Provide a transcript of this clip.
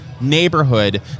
neighborhood